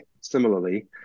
similarly